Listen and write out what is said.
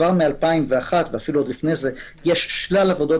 כבר מ-2001 ואפילו לפני כן יש שלל עבודות